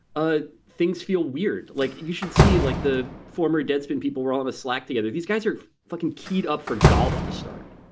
ah things feel weird. like you should see like the former deadspin, people were almost like slack. the other these guys are fucking keyed up for golf to start.